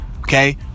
okay